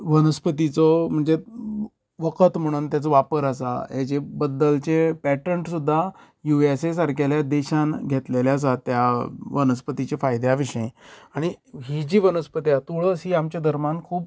वनस्पतिचो म्हणजे वखद म्हणून तेचो वापर आसा हेजे बद्दलचे पेटर्न सुद्दां यु एस ए सारक्या देशांनी घेतिल्ले आसा त्या वनस्पतिच्या फायद्या विशयी ही जी वनस्पती आसा तुळस ही वनस्पती आसा आमच्या धर्मान खूब